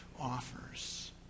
offers